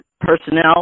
personnel